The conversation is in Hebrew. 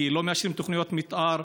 כי לא מאשרים תוכניות מתאר,